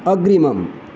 अग्रिमम्